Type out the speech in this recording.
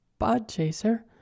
Podchaser